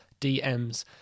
DMs